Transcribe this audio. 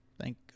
Thank